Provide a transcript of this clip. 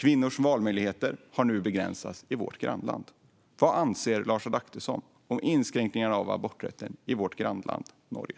Kvinnors valmöjligheter har nu begränsats i vårt grannland. Vad anser Lars Adaktusson om inskränkningarna av aborträtten i vårt grannland Norge?